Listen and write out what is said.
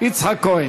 יצחק כהן.